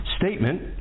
statement